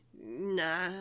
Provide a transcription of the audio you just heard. nah